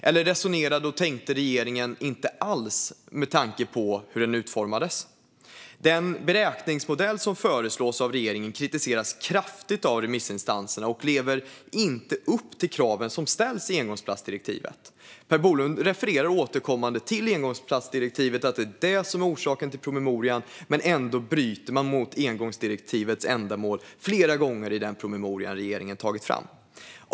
Eller resonerade och tänkte regeringen inte alls, med tanke på hur promemorian utformades? Den beräkningsmodell som föreslås av regeringen kritiseras kraftigt av remissinstanserna och lever inte upp till de krav som ställs i engångsplastdirektivet. Per Bolund refererar återkommande till att engångsplastdirektivet är det som är orsaken till promemorian. Ändå bryter man mot engångsdirektivets ändamål flera gånger i den promemoria som regeringen har tagit fram.